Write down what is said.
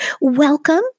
welcome